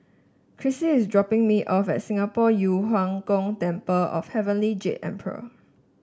Cressie is dropping me off at Singapore Yu Huang Gong Temple of Heavenly Jade Emperor